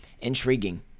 intriguing